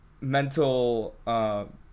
mental